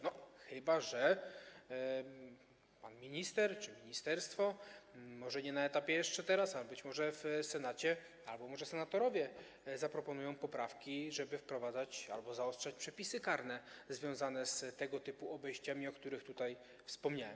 No chyba że pan minister czy ministerstwo, może nie na etapie jeszcze teraz, ale być może w Senacie, albo może senatorowie - zaproponują poprawki, żeby wprowadzać albo zaostrzać przepisy karne związane z tego typu obejściami, o których wspomniałem.